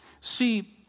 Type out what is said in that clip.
See